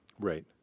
Right